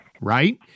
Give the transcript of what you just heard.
right